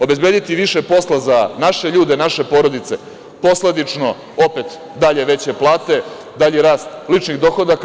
Obezbediti više posla za naše ljude, naše porodice, posledično opet dalje veće plate, dalji rast ličnih dohodaka.